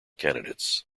candidates